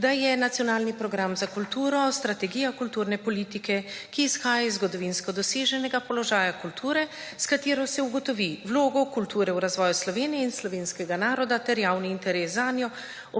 da je nacionalni program za kulturo strategija kulturne politike, ki izhaja iz zgodovinsko doseženega položaja kulture, s katero se ugotovi vlogo kulture v razvoju Slovenije in slovenskega naroda ter javni interes zanjo,